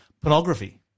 pornography